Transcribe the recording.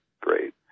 Great